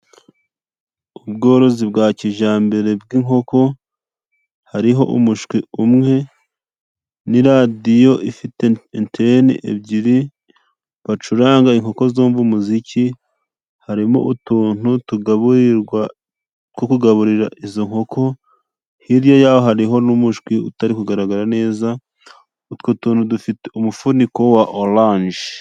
Ubworozi bwa kijambere bw'inkoko, hariho umushwi umwe na radiyo ifite antene ebyiri bacuranga inkoko zumva umuziki. Harimo utuntu two kugaburira izo nkoko hirya hariho n'umushwi utari kugaragara neza, utwo tuntu dufite umufuniko wa orange.